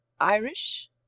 irish